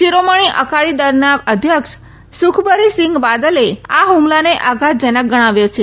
શીરોમણી અકાળી દળના અધ્યક્ષ સુખબરી સિંઘ બાદલે આ હુમલાને આધાતજનક ગણાવ્યો છે